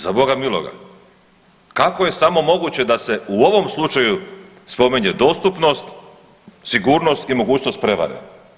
Za Boga miloga kako je samo moguće da se u ovom slučaju spominje dostupnost, sigurnost i mogućnost prevare?